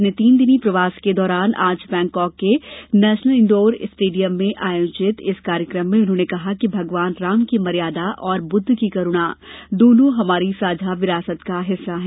अपने तीन दिनी प्रवास के दौरान आज बैंकॉक के नेशनल इंडौर स्टेडियम में आयोजित इस कार्यक्रम में उन्होंने कहा कि भगवान राम की मर्यादा और बुद्ध की करुणा दोनो हमारी साझा विरासत का हिस्सा है